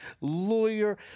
lawyer